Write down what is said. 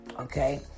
Okay